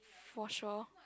for sure